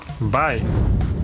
bye